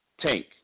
tank